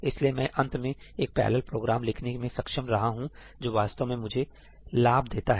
इसलिए मैं अंत में एक पैरलल प्रोग्राम लिखने में सक्षम रहा हूं जो वास्तव में मुझे लाभ देता है